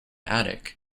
attic